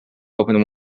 open